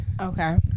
Okay